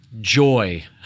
joy